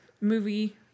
movie